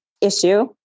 issue